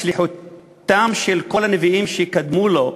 ושליחותם של כל הנביאים שקדמו לו,